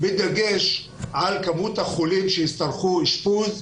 בדגש על מספר החולים שיצטרכו אשפוז.